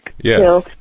Yes